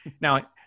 Now